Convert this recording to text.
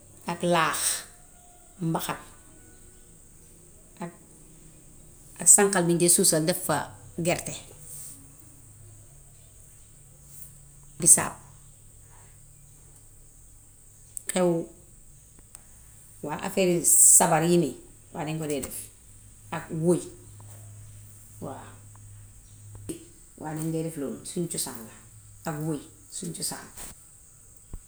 Ak laax, mbaxal ak ak sànqal biñ dee suusal def fa gerte, bisaab. Xew? Waaw afeeri sabar yii nii, waaw dañ ko dee def. Ak wóy waaw. Waaw dañ dee def loolu. Suñ cosaan la. Ak wóy suñ cosaan la.